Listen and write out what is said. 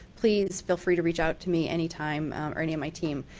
please feel free to reach out to me any time or any of my team.